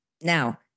Now